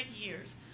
years